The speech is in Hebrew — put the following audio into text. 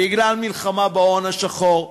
בגלל מלחמה בהון השחור,